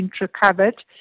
recovered